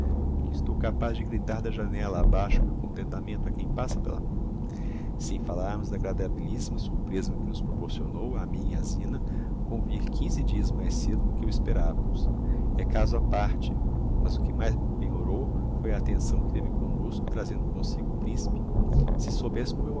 que estou capaz de gritar da janella abaixo o meu contentamento a quem passa pela rua sem falarmos da agradabilissima surpreza que nos proporcionou a mim e á zina com vir quinze dias mais cedo do que o esperavamos é caso á parte mas o que mais me penhorou foi a attenção que teve comnosco trazendo comsigo o principe se soubesse como eu